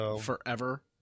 forever